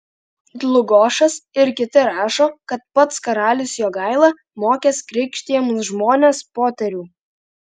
dlugošas ir kiti rašo kad pats karalius jogaila mokęs krikštijamus žmones poterių